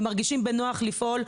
והם מרגישים בנוח לפעול.